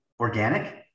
organic